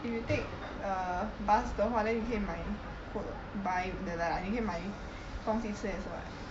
if you take err bus 的话 then 你可以买 food ah buy 你可以买东西吃也是 [what]